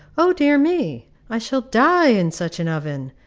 o dear me! i shall die in such an oven!